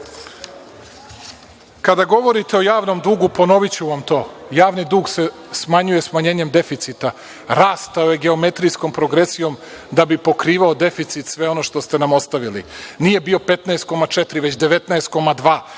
kada govorite o javnom dugu ponoviću vam to – javni dug se smanjuje, smanjenjem deficita, rastao je geometrijskom progresijom da bi pokrivao deficit sve ono što ste nam ostavili. Nije bio 15,4, već 19,2,